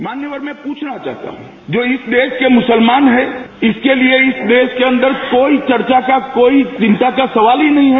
मान्यवर मैं पूछना चाहता हूं जो इस देश के मुसलमान हैं इसके लिए इस देश के अंदर कोई चर्चा का कोई चिंता का सवाल ही नहीं है